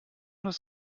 das